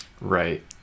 Right